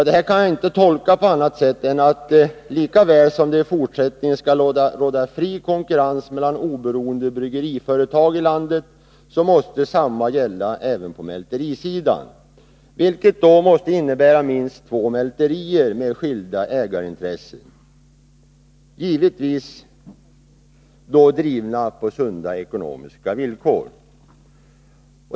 Det här kan jag inte tolka på annat sätt än att lika väl som det i fortsättningen skall råda fri konkurrens mellan oberoende bryggeriföretag i landet så måste detsamma gälla på mälterisidan, vilket då måste innebära minst två mälterier med skilda ägarintressen — givetvis drivna på sunda ekonomiska villkor.